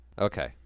Okay